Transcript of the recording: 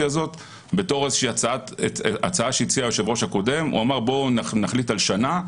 הזאת בתור הצעה שהציע היושב-ראש הקודם שאמר: בואו נחליט על שנה,